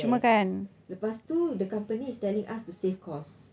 yes lepas tu the company is telling us to save cost